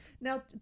now